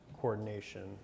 coordination